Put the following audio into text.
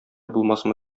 булмасмы